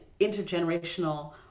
intergenerational